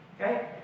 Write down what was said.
Okay